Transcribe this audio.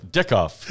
Dickoff